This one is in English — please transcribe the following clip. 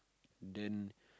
then